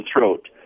throat